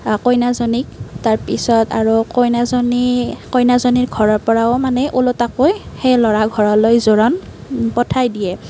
কইনাজনীক তাৰ পিছত আৰু কইনাজনী কইনাজনীৰ ঘৰৰ পৰাও মানে ওলোটাকৈ সেই ল'ৰাৰ ঘৰলৈ জোৰোণ পঠাই দিয়ে